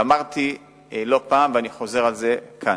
אמרתי לא פעם ואני חוזר על זה כאן: